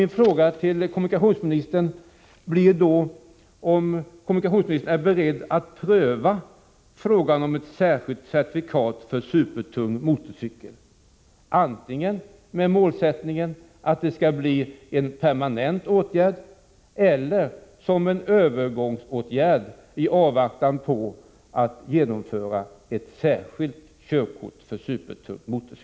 Min fråga till kommunikationsministern lyder då: Är kommunikationsministern beredd att pröva frågan om ett särskilt certifikat för supertung mc, antingen med målsättningen att det skall bli en permanent lösning, eller också som en övergångsåtgärd i avvaktan på att det införs ett särskilt körkort för supertung mc?